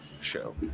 show